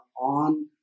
on